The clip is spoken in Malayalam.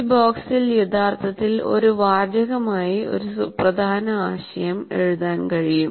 ഈ ബോക്സിൽ യഥാർത്ഥത്തിൽ ഒരു വാചകമായി ഒരു സുപ്രധാന ആശയം എഴുതാൻ കഴിയും